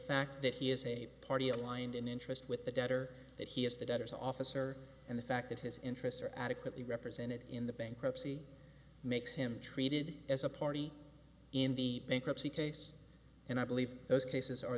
fact that he is a party aligned in interest with the debtor that he is the debtors officer and the fact that his interests are adequately represented in the bankruptcy makes him treated as a party in the bankruptcy case and i believe those cases are